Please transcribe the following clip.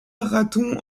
raton